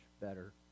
better